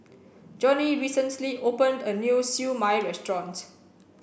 Johnny recently opened a new Siew Mai Restaurant